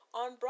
on